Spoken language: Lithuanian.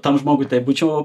tam žmogui taip būčiau